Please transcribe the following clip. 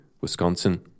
Wisconsin